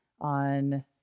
on